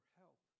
help